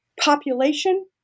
population